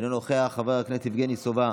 אינו נוכח, חבר הכנסת יבגני סובה,